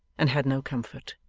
and had no comfort.